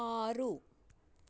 ఆరు